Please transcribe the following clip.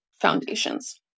foundations